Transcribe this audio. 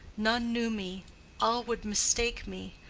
none knew me all would mistake me.